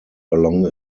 along